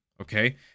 Okay